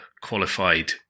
qualified